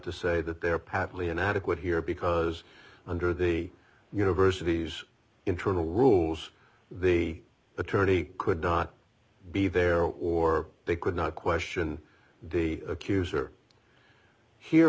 to say that there are patently inadequate here because under the university's internal rules the attorney could not be there or they could not question the accuser here